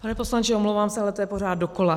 Pane poslanče, omlouvám se, ale to je pořád dokola.